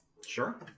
Sure